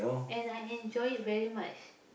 and I enjoy it very much